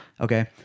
okay